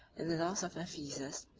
in the loss of ephesus,